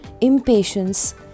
impatience